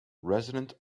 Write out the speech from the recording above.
resonant